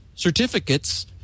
Certificates